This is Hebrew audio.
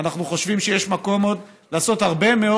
ואנחנו חושבים שיש מקום לעשות עוד הרבה מאוד